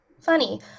Funny